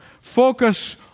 Focus